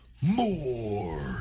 more